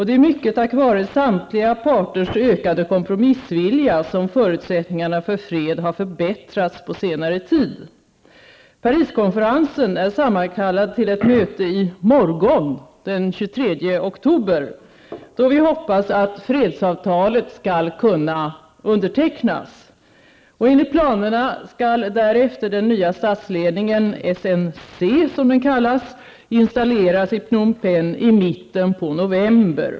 Det är mycket tack vare samtliga parters ökade kompromissvilja som förutsättningarna för fred har förbättrats på senare tid. Pariskonferensen är sammankallad till ett möte i morgon den 23 oktober då vi hoppas att fredsavtalet skall kunna undertecknas. Enligt planerna skall därefter den nya statsledningen, SNC, installeras i Phnom Penh i mitten av november.